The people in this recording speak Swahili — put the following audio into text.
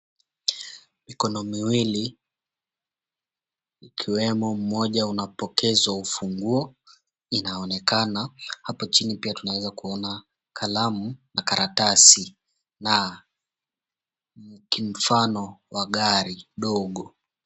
Mikono miwili ikiwemo mmoja unapokezwa ufunguo inaonekana. Hapo chini pia tunaweza kuona kalamu na karatasi na kimfano wa gari dogo.